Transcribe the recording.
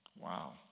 wow